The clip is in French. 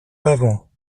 pavant